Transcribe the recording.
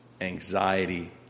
anxiety